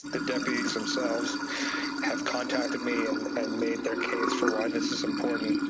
the deputies themselves have contacted me and and made their case for why this is important.